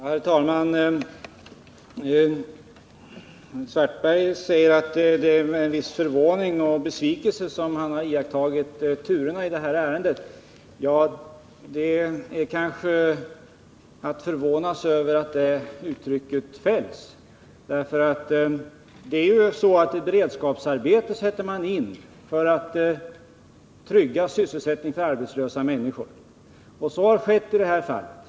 Herr talman! Herr Svartberg säger att han med viss förvåning och besvikelse har iakttagit turerna i det här ärendet. Jag är förvånad över att det yttrandet fälldes. Beredskapsarbete sätter man ju in för att trygga sysselsättningen för arbetslösa människor. Så har skett i det här fallet.